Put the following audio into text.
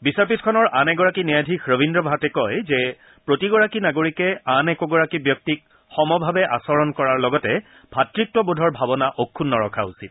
বিচাৰপীঠখনৰ আন এগৰাকী ন্যায়াধীশ ৰবীদ্ৰ ভাটে কয় যে প্ৰতিগৰাকী নাগৰিকে আন একোগৰাকী ব্যক্তিক সমভাৱে আচৰণ কৰাৰ লগতে ভাতৃত্ববোধৰ ভাৱনা অক্ষুন্ন ৰক্ষা উচিত